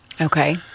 Okay